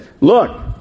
Look